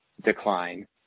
decline